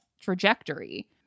trajectory